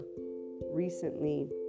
recently